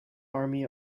army